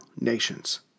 nations